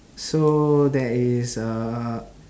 so there is uh